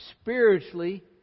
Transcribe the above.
spiritually